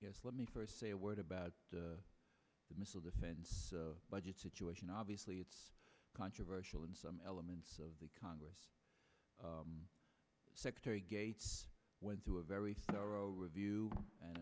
yes let me first say a word about the missile defense budget situation obviously it's controversial in some elements of the congress secretary gates went to a very thorough review and